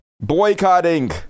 boycotting